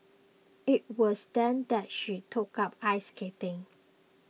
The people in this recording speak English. it was then that she took up ice skating